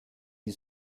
die